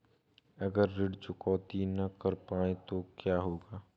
अगर ऋण चुकौती न कर पाए तो क्या होगा?